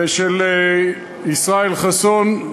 וישראל חסון.